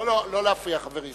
לא, לא להפריע, חברים.